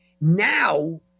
Now